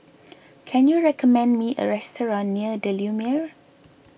can you recommend me a restaurant near the Lumiere